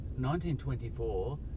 1924